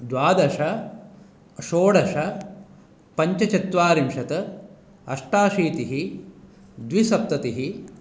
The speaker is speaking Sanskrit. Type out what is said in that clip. द्वादश षोडश पञ्चचत्वारिंशत् अष्टाशीति द्विसप्तति